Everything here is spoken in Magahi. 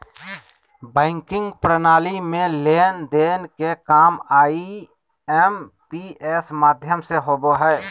बैंकिंग प्रणाली में लेन देन के काम आई.एम.पी.एस माध्यम से होबो हय